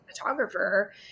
photographer